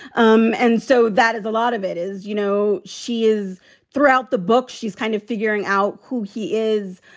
um and so that is a lot of it is you know, she is throughout the book, she's kind of figuring out who he is,